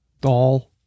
doll